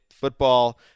Football